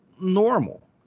normal